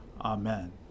Amen